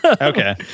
Okay